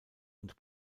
und